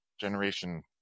generation